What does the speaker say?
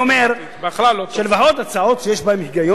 אני אומר שלפחות הצעות שיש בהן היגיון,